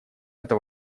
это